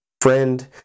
friend